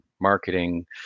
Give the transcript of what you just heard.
marketing